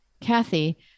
Kathy